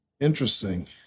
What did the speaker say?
interesting